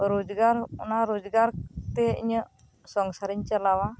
ᱨᱚᱡᱽᱜᱟᱨ ᱚᱱᱟ ᱨᱚᱡᱽᱜᱟᱨ ᱛᱮ ᱤᱧᱟᱜ ᱥᱚᱝᱥᱟᱨᱤᱧ ᱪᱟᱞᱟᱣᱟ